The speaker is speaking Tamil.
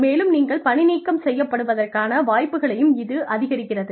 மேலும் நீங்கள் பணி நீக்கம் செய்யப்படுவதற்கான வாய்ப்புகளையும் இது அதிகரிக்கிறது